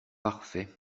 parfait